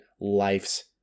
life's